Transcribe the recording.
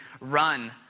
run